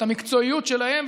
את המקצועיות שלהם,